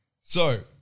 So-